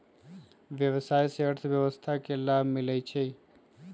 व्यवसाय से अर्थव्यवस्था के लाभ मिलइ छइ